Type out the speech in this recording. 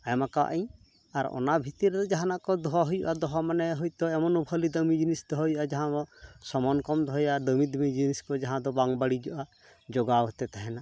ᱮᱢ ᱟᱠᱟᱫ ᱟᱹᱧ ᱟᱨ ᱚᱱᱟ ᱵᱷᱤᱛᱤᱨ ᱨᱮ ᱡᱟᱦᱟᱱᱟᱜ ᱠᱚ ᱫᱚᱦᱚᱦᱩᱭᱩᱜᱼᱟ ᱫᱚᱦᱚ ᱢᱟᱱᱮ ᱦᱳᱭᱛᱚ ᱮᱢᱚᱱᱚ ᱵᱷᱟᱞᱤ ᱫᱟᱢᱤ ᱡᱤᱱᱤᱥ ᱫᱚᱦᱚ ᱦᱩᱭᱩᱜᱼᱟ ᱡᱟᱦᱟᱸ ᱫᱚ ᱥᱟᱢᱟᱱ ᱠᱚᱢ ᱫᱚᱦᱚᱭᱟ ᱫᱟᱹᱢᱤ ᱫᱟᱹᱢᱤ ᱡᱤᱱᱤᱥ ᱠᱚ ᱡᱟᱦᱟᱸ ᱫᱚ ᱵᱟᱝ ᱵᱟᱹᱲᱤᱡᱚᱜᱼᱟ ᱡᱚᱜᱟᱣ ᱠᱟᱛᱮ ᱛᱟᱦᱮᱱᱟ